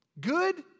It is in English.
Good